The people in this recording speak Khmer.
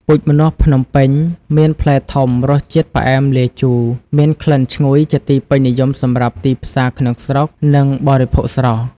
ពូជម្នាស់ភ្នំពេញមានផ្លែធំ រសជាតិផ្អែមលាយជូរ មានក្លិនឈ្ងុយ ជាទីពេញនិយមសម្រាប់ទីផ្សារក្នុងស្រុក និងបរិភោគស្រស់។